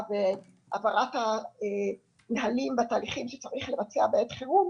והעברת הנהלים בתהליך שצריך לבצע בעת חירום,